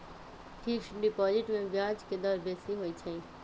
fixed deposit में ब्याज के दर बेशी होइ छइ